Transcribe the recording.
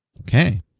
Okay